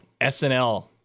SNL